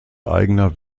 eigener